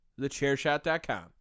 TheChairShot.com